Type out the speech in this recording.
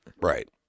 Right